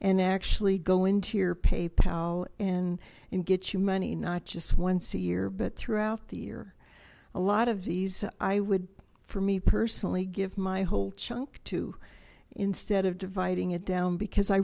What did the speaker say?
and actually go into your pay pal in and get you money not just once a year but throughout the year a lot of these i would for me personally give my whole chunk to instead of dividing it down because i